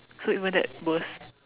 so isn't that worse